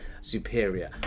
superior